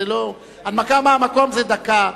הנמקה מהמקום זה דקה,